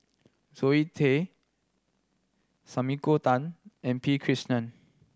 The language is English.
Zoe Tay Sumiko Tan and P Krishnan